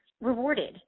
rewarded